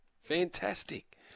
Fantastic